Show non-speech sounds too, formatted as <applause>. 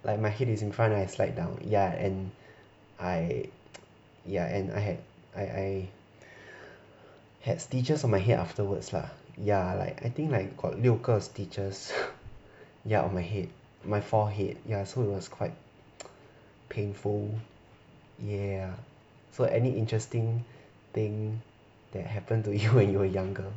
like my head is in front and I slide down ya and I <noise> yeah and I had I I <breath> had stitches on my head afterwards lah ya like I think like got 六个 stitches <breath> ya on my head my forehead ya so it was quite <noise> painful yeah so any interesting thing that happen to you <laughs> when you were younger